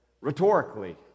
rhetorically